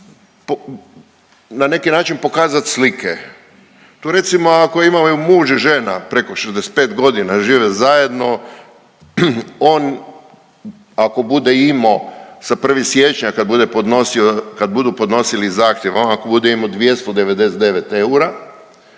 na neki način pokazat slike. Tu recimo ako imaju muž i žena preko 65 godina, žive zajedno on ako bude imao sa 1. siječnja kad budu podnosili zahtjev, on ako bude imao 299 eura